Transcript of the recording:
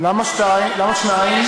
למה שניים?